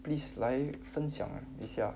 please 来分享一下